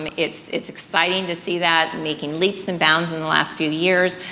um it's it's exciting to see that making leaps and bounds in the last few years.